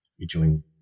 rejoin